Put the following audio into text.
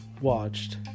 watched